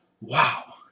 Wow